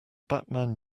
batman